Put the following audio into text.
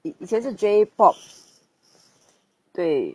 以前是 J pop 对